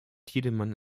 tiedemann